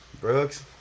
Brooks